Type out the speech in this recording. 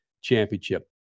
championship